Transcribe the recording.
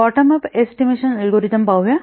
bottom up estimation algorithm पाहू या